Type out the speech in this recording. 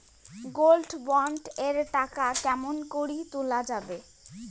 Gold bond এর টাকা কেমন করি তুলা যাবে?